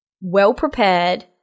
well-prepared